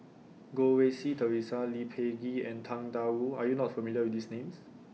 Goh Rui Si Theresa Lee Peh Gee and Tang DA Wu Are YOU not familiar with These Names